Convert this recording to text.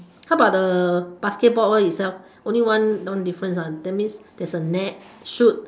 how about the basketball all itself only one one difference ah that means there is a net shoot